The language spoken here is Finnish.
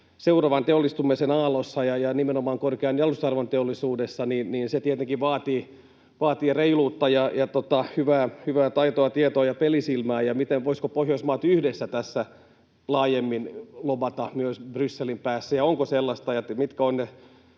seuraavan teollistumisen aallossa ja nimenomaan korkean jalostusarvon teollisuudessa, vaatii tietenkin reiluutta ja hyvää taitoa, tietoa ja pelisilmää. Voisivatko Pohjoismaat yhdessä tässä laajemmin lobata myös Brysselin päässä? Ja mitkä ovat